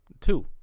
Two